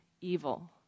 evil